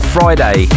Friday